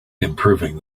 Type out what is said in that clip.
improving